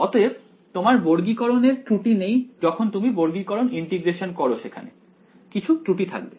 অতএব তোমার বর্গীকরণ এর ত্রুটি নেই যখন তুমি বর্গীকরণ ইন্টিগ্রেশন করো সেখানে কিছু ত্রুটি থাকবে